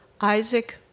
Isaac